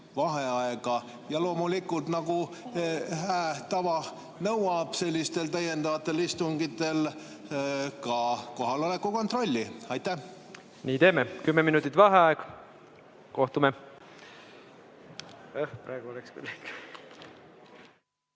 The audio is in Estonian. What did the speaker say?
vaheaega ja loomulikult, nagu hää tava nõuab sellistel täiendavatel istungitel, teha ka kohaloleku kontroll. Nii teeme. Kümme minutit vaheaega. Kohtume.V